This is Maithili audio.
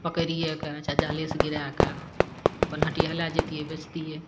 पकड़िये कऽ चाहे जालेसँ गिराकऽ अपन हटिया लए जैतियै बेचतियै